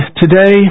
today